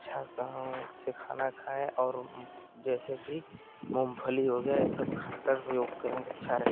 अच्छा कहाँ से खाना खाएँ और जैसे भी मूंगफली हो गया ये सब खाकर योग करें तो अच्छा रहेगा